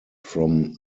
from